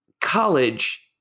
College